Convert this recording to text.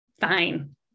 fine